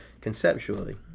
conceptually